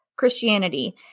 Christianity